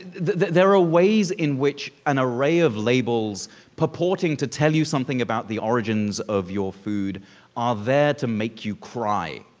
there there are ways in which an array of label purporting to tell you something about the origins of your food are there to make you cry.